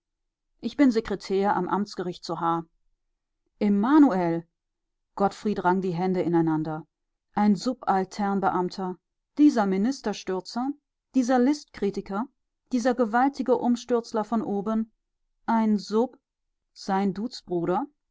ich bin sekretär am amtsgericht zu h emanuel gottfried rang die hände ineinander ein subalternbeamter dieser ministerstürzer dieser liszt kritiker dieser gewaltige umstürzler von oben ein sub sein duzbruder